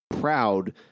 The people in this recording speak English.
proud